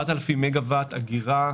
4,000 מגה-ואט אגירה,